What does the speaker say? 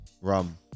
rum